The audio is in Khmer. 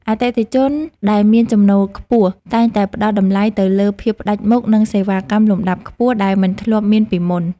អតិថិជនដែលមានចំណូលខ្ពស់តែងតែផ្តល់តម្លៃទៅលើភាពផ្តាច់មុខ និងសេវាកម្មលំដាប់ខ្ពស់ដែលមិនធ្លាប់មានពីមុន។